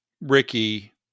Ricky